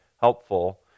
helpful